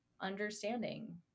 understanding